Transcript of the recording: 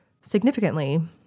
Significantly